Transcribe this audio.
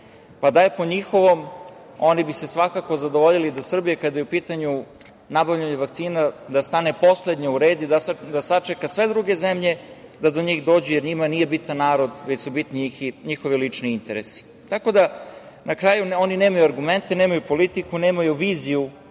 je po njihovom, oni bi se svakako zadovoljili da Srbija, kada je u pitanju nabavljanje vakcina, da stane poslednja u red i da sačeka sve druge zemlji da do njih dođe, jer njima nije bitan narod, već su bitni njihovi lični interesi. Na kraju, oni nemaju argumente, nemaju politiku, nemaju viziju